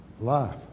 life